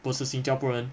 不是新加坡人